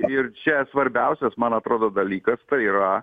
ir čia svarbiausias man atrodo dalykas tai yra